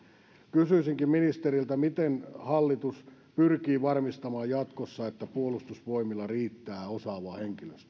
kysyisinkin ministeriltä miten hallitus pyrkii varmistamaan jatkossa että puolustusvoimilla riittää osaavaa